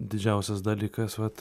didžiausias dalykas vat